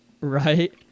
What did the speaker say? Right